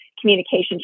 communication